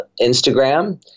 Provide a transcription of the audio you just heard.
Instagram